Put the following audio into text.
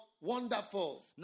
Wonderful